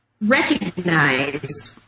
recognized